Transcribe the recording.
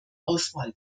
auswahl